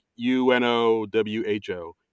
UNOWHO